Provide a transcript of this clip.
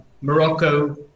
Morocco